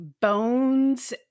bones